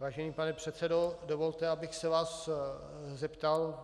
Vážený pane předsedo, dovolte, abych se vás zeptal